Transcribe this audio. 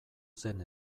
zen